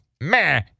meh